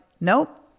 nope